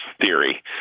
theory